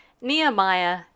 Nehemiah